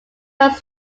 runs